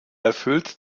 erfüllte